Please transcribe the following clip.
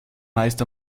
meist